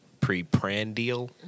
Preprandial